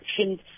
actions